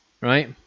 right